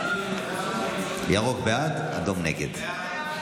הצבעה, ירוק בעד, אדום נגד.